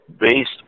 Based